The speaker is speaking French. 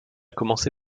commencé